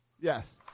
Yes